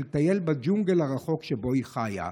לטייל בג'ונגל הרחוק שבו היא חיה.